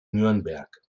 nürnberg